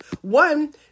One